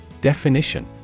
Definition